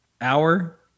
Hour